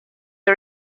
you